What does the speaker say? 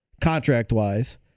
contract-wise